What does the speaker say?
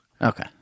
Okay